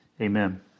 amen